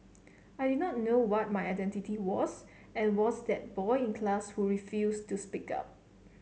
I did not know what my identity was and was that boy in class who refused to speak up